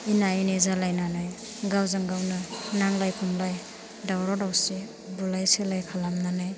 एना एनि जालायनानै गावजों गावनो नांलाय खमलाय दावराव दावसि बुलाय सोलाय खालामनानै